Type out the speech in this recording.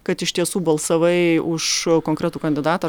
kad iš tiesų balsavai už konkretų kandidatą